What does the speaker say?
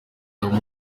rwanda